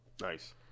Nice